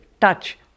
touch